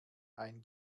ein